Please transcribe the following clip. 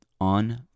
on